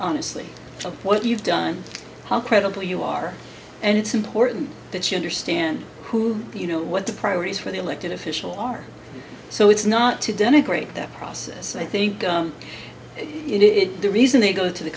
honestly what you've done how credible you are and it's important that you understand who you know what the priorities for the elected official are so it's not to denigrate that process i think it the reason they go to the